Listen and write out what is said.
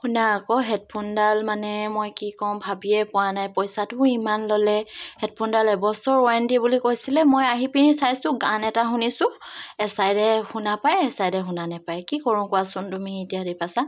শুনা আকৌ হেডফোনডাল মানে মই কি ক'ম ভাবিয়েই পোৱা নাই পইচাটোও ইমান ল'লে হেডফোনডাল এবছৰ ৱাৰেণ্টি বুলি কৈছিলে মই আহি পিনি চাইছোঁ গান এটা শুনিছোঁ এছাইডে শুনা পায় এছাইডে শুনা নেপায় কি কৰোঁ কোৱাচোন তুমি এতিয়া দ্ৱীপাশা